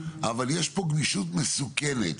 אבל יש פה גמישות מסוכנת,